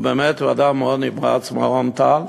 באמת הוא אדם מאוד נמרץ, מר רון-טל: